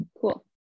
cool